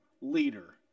leader